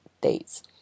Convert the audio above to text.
dates